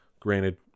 Granted